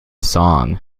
song